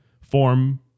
form